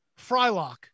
Frylock